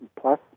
plus